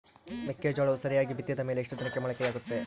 ಮೆಕ್ಕೆಜೋಳವು ಸರಿಯಾಗಿ ಬಿತ್ತಿದ ಮೇಲೆ ಎಷ್ಟು ದಿನಕ್ಕೆ ಮೊಳಕೆಯಾಗುತ್ತೆ?